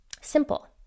simple